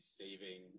saving